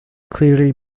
clearly